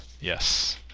Yes